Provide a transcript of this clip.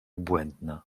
błędna